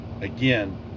again